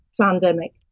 pandemic